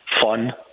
fun